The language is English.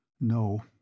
No